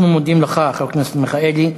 אנחנו מודים לך, חבר הכנסת מיכאלי.